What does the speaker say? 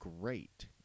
great